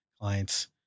clients